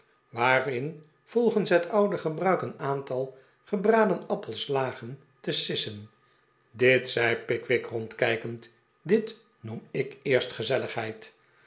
waarin volgens het oude gebruik een aantal gebraden appels lagen te sissen dit zei pickwick rondkijkend dit noem ik eerst gezelligheid